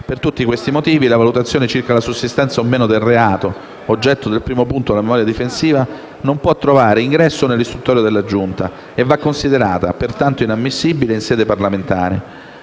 Per tutti questi motivi, la valutazione circa la sussistenza o no del reato, oggetto del primo punto della memoria difensiva, non può trovare ingresso nell'istruttoria della Giunta e va considerata pertanto inammissibile in sede parlamentare.